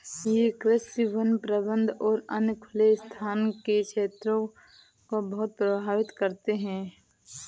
ये कृषि, वन प्रबंधन और अन्य खुले स्थान के क्षेत्रों को बहुत प्रभावित करते हैं